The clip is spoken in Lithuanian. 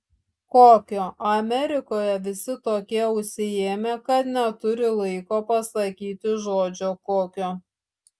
kokio amerikoje visi tokie užsiėmę kad neturi laiko pasakyti žodžio kokio